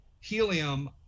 Helium